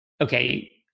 okay